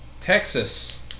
Texas